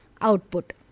output